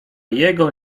jego